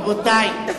רבותי,